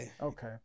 Okay